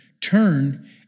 turn